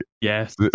Yes